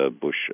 Bush